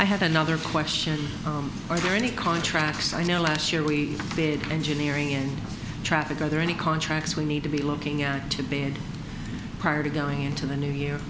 i have another question are there any contracts i know last year we did engineering in traffic are there any contracts we need to be looking at to bed prior to going into the new year